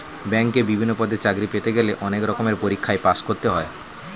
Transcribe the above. ব্যাংকে বিভিন্ন পদে চাকরি পেতে গেলে অনেক রকমের পরীক্ষায় পাশ করতে হয়